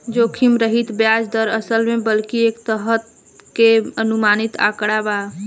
जोखिम रहित ब्याज दर, असल में बल्कि एक तरह के अनुमानित आंकड़ा बा